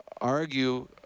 argue